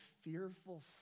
fearful